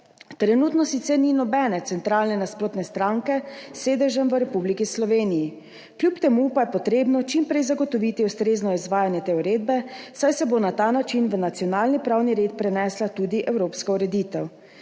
Trenutno sicer ni nobene centralne nasprotne stranke s sedežem v Republiki Sloveniji, kljub temu pa je treba čim prej zagotoviti ustrezno izvajanje te uredbe, saj se bo na ta način v nacionalni pravni red prenesla tudi evropska ureditev.